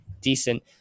decent